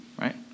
right